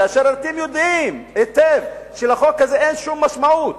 כאשר אתם יודעים היטב שלחוק הזה אין שום משמעות,